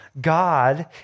God